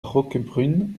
roquebrune